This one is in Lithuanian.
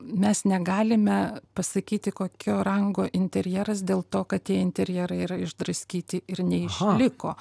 mes negalime pasakyti kokio rango interjeras dėl to kad tie interjerai yra išdraskyti ir neišliko